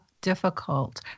difficult